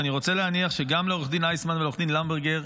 ואני רוצה להניח שגם לעו"ד איסמן ולעו"ד למברגר,